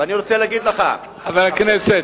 ואני רוצה להגיד לך, חבר הכנסת.